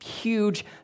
huge